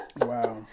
Wow